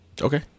Okay